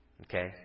okay